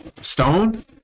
Stone